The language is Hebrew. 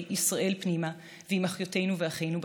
ישראל פנימה ועם אחיותינו ואחינו בתפוצות.